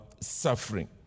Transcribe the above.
suffering